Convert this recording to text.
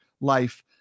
life